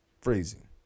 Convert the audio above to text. freezing